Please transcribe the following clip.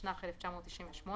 התשנ"ח 1998,